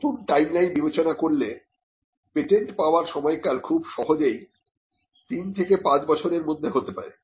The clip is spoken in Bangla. নতুন টাইমলাইন বিবেচনা করলে পেটেন্ট পাবার সময়কাল খুব সহজেই 3 থেকে 5 বছরের মধ্যে হতে পারে